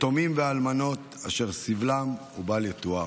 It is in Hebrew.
יתומים ואלמנות, אשר סבלם בל יתואר.